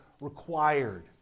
required